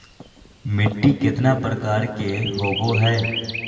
मिट्टी केतना प्रकार के होबो हाय?